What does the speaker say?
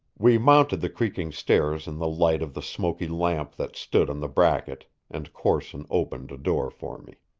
we mounted the creaking stairs in the light of the smoky lamp that stood on the bracket, and corson opened a door for me.